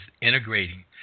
integrating